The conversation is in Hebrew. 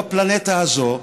בפלנטה הזאת,